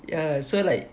ya so like